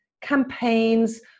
campaigns